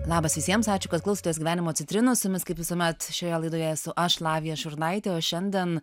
labas visiems ačiū kas klausotės gyvenimo citrinų su jumis kaip visuomet šioje laidoje esu aš lavija šurnaitė o šiandien